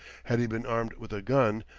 had he been armed with a gun,